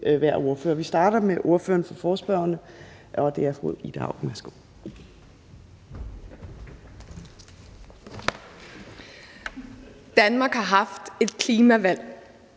hver ordfører. Vi starter med ordføreren for forespørgerne, og det er fru Ida Auken. Værsgo. Kl. 10:22 Forhandling